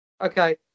Okay